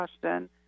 question